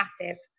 massive